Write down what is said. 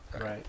Right